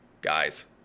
guys